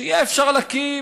שיהיה אפשר להקים